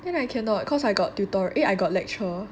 then I cannot cause I got tutor eh I got lecture